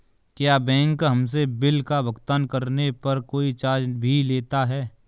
क्या बैंक हमसे बिल का भुगतान करने पर कोई चार्ज भी लेता है?